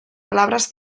palabras